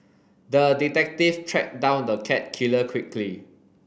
the detective tracked down the cat killer quickly